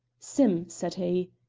sim, said he,